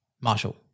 Marshall